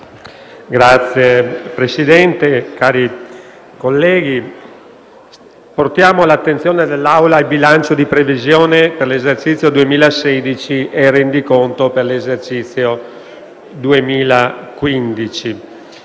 Signor Presidente, cari colleghi, portiamo all'attenzione dell'Assemblea il bilancio di previsione per l'esercizio 2016 e il rendiconto per l'esercizio 2015.